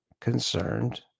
concerned